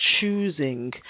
choosing